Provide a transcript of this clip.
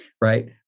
right